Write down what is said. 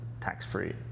tax-free